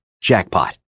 Jackpot